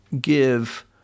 give